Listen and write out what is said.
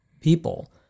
people